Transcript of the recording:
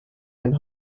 ein